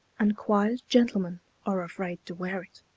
and quiet gentlemen are afraid to wear it.